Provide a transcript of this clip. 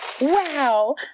Wow